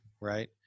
right